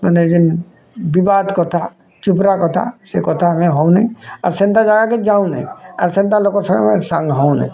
ମାନେ ଜେନ୍ ଦୁବାଦ୍ କଥା ଛୋପ୍ରା କଥା ସେ କଥା ଆମେ ହଉ ନାଇଁ ଆର୍ ସେନ୍ତା ଜାଗାକେ ଯାଉନାଇଁ ଆର୍ ସେନ୍ତା ଲୋକର୍ କେ ସାଥ୍ ସାଙ୍ଗ୍ ହଉନାଇଁ